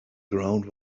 ground